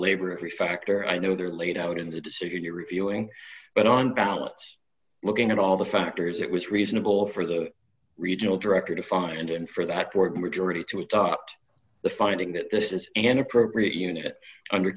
labor every factor i know they're laid out in the decision you're reviewing but on balance looking at all the factors it was reasonable for the regional director to find and for that work majority to adopt the finding that this is an appropriate unit under